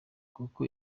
kuko